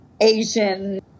Asian